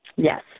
Yes